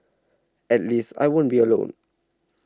at least I won't be alone